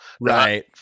right